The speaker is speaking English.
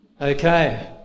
Okay